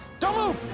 don't move!